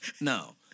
No